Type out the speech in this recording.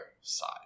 side